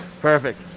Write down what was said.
Perfect